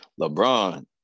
lebron